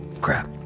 Crap